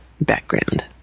background